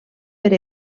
per